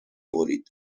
برید